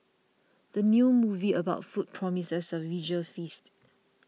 the new movie about food promises a visual feast